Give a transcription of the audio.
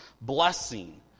blessing